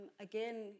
Again